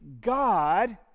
God